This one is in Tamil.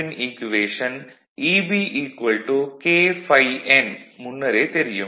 ன் ஈக்குவேஷன் Eb K∅ n முன்னரே தெரியும்